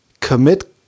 commit